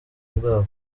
bwabo